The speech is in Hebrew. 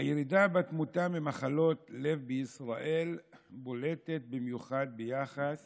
הירידה בתמותה ממחלות לב בישראל בולטת במיוחד ביחס